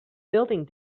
building